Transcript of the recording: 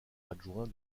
adjoint